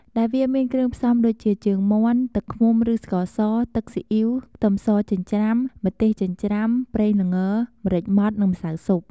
ដែលវាមានគ្រឿងផ្សំដូចជា ជើងមាន់ ទឹកឃ្មុំឬស្ករស ទឹកស៊ីអ៉ីវ ខ្ទឹមសចិញ្រ្ចាំ ម្ទេសចិញ្រ្ជាំ ប្រេងល្ង ម្រេចម៉ដ្ឋ និងម្សៅស៊ុប ។